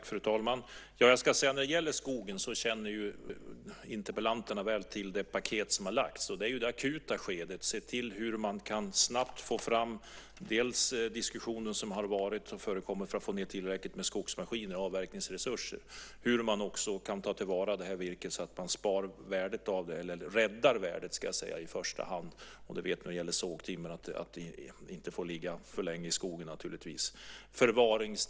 Fru talman! När det gäller skogen känner interpellanterna väl till det paket som har lagts fram. Det handlar om att i det akuta skedet se till hur man snabbt kan få fram tillräckligt med skogsmaskiner och avverkningsresurser och också hur man ska kunna ta till vara detta virke så att man i första hand räddar värdet på det. Vi vet att sågtimmer inte får ligga för länge i skogen. Det handlar också om förvaring.